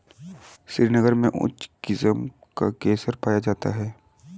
श्रीनगर में उच्च किस्म का केसर पाया जाता है